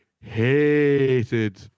hated